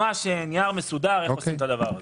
ממש נייר מסודר איך עושים את הדבר הזה.